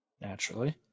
naturally